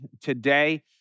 today